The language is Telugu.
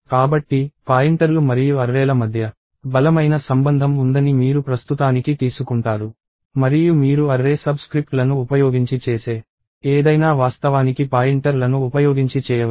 కాబట్టి పాయింటర్లు మరియు అర్రేల మధ్య బలమైన సంబంధం ఉందని మీరు ప్రస్తుతానికి తీసుకుంటారు మరియు మీరు అర్రే సబ్స్క్రిప్ట్లను ఉపయోగించి చేసే ఏదైనా వాస్తవానికి పాయింటర్లను ఉపయోగించి చేయవచ్చు